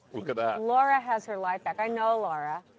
look at that. and laura has her life back. i know laura.